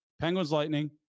Penguins-Lightning